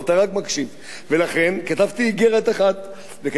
ולכן כתבתי איגרת אחת וכתבתי איגרת שנייה.